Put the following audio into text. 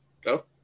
Go